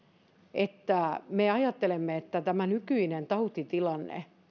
että me ajattelemme että tämä nykyinen tautitilanne